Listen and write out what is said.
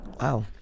Wow